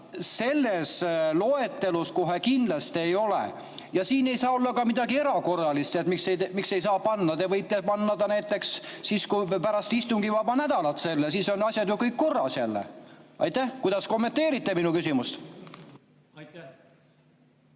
selles loetelus kohe kindlasti ei ole. Ja siin ei saa olla ka midagi erakorralist, miks ei saa panna. Te võite panna selle siia näiteks pärast istungivaba nädalat, siis on asjad ju kõik korras jälle. Kuidas kommenteerite minu küsimust? Aitäh!